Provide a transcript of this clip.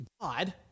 God